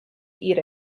eat